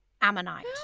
Ammonite